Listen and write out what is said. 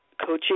coaching